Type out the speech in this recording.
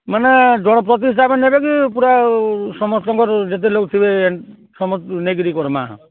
ମାନେ ଜନ ପ୍ରତି ହିସାବେ ନେବେ କି ପୁରା ସମସ୍ତଙ୍କର ଯେତେ ଲୋକ୍ ଥିବେ ସମସ୍ତଙ୍କେ ନେଇକିରି କର୍ମା